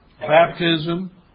Baptism